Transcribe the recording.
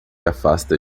afasta